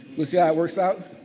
we see how it works out.